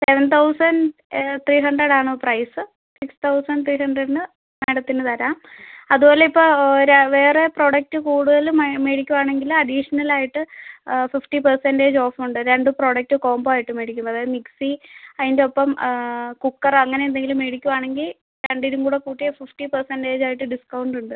seven thousand three hundred ആണ് price six thousand three ഹണ്ട്രഡിന് മാഡത്തിന് തരാം അതുപോലെ ഇപ്പം ഒര വേറെ പ്രൊഡക്റ്റ് കൂടുതൽ മേ മേടിക്കുവാണെങ്കിൽ അഡീഷണൽ ആയിട്ട് ഫിഫ്റ്റി പെർസെൻറേജ് ഓഫ് ഉണ്ട് രണ്ട് പ്രൊഡക്റ്റ് കോമ്പോ ആയിട്ട് മേടിക്കുമ്പം അതായത് മിക്സി അതിൻറെ ഒപ്പം കുക്കർ അങ്ങനെ എന്തെങ്കിലും മേടിക്കുവാണെങ്കിൽ രണ്ടിനും കൂടെ കൂട്ടിയ ഫിഫ്റ്റി പെർസെൻറേജ് ആയിട്ട് ഡിസ്ക്കൗണ്ട് ഉണ്ട്